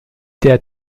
der